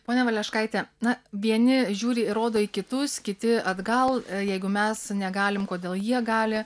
ponia valeškaite na vieni žiūri rodo į kitus kiti atgal jeigu mes negalim kodėl jie gali